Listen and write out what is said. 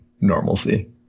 normalcy